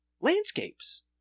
landscapes